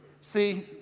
See